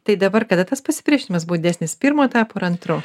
tai dabar kada tas pasipriešinimas buvo didesnis pirmu etapu ar antru